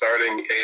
Starting